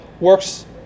works